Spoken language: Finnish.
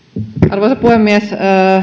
arvoisa puhemies